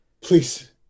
Please